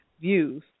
views